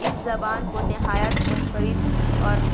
اس زبان کو نہایت منفرد اور